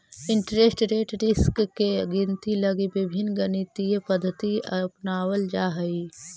interest rate risk के गिनती लगी विभिन्न गणितीय पद्धति अपनावल जा हई